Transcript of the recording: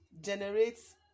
generates